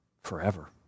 forever